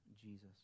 Jesus